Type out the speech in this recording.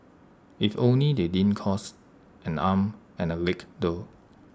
if only they didn't cost and arm and A leg though